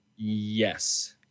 yes